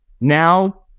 Now